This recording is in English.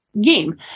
game